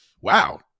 Wow